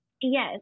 Yes